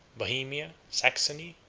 bohemia, saxony,